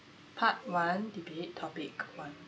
part one debate topic one